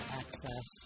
access